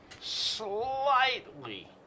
slightly